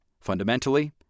Fundamentally